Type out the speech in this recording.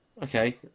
Okay